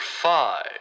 five